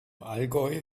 allgäu